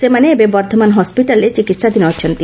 ସେମାନେ ଏବେ ବର୍ଦ୍ଧମାନ ହସ୍କିଟାଲ୍ରେ ଚିକିହାଧୀନ ଅଛନ୍ତି